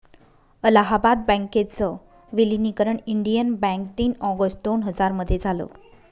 अलाहाबाद बँकेच विलनीकरण Indian Bank तीन ऑगस्ट दोन हजार मध्ये झालं